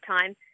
time